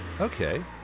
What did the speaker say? Okay